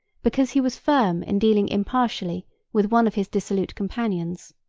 because he was firm in dealing impartially with one of his dissolute companions.